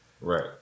Right